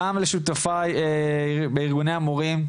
גם לשותפיי בארגוני המורים,